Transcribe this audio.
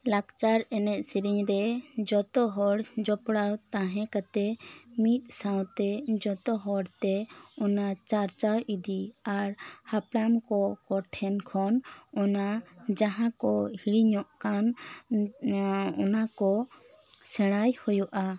ᱞᱟᱠᱪᱟᱨ ᱮᱱᱮᱡ ᱥᱮᱨᱮᱧ ᱨᱮ ᱡᱚᱛᱚ ᱦᱚᱲ ᱡᱚᱯᱲᱟᱣ ᱛᱟᱦᱮᱸ ᱠᱟᱛᱮᱫ ᱢᱤᱫ ᱥᱟᱶᱛᱮ ᱡᱚᱛᱚ ᱦᱚᱲ ᱛᱮ ᱚᱱᱟ ᱪᱟᱨᱪᱟ ᱤᱫᱤ ᱟᱨ ᱦᱟᱯᱲᱟᱢ ᱠᱚ ᱴᱷᱮᱱ ᱠᱷᱚᱱ ᱚᱱᱟ ᱡᱟᱦᱟᱸ ᱠᱚ ᱦᱤᱲᱤᱧᱚᱜ ᱠᱟᱱ ᱚᱱᱟ ᱠᱚ ᱥᱮᱬᱟᱭ ᱦᱩᱭᱩᱜᱼᱟ